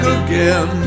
again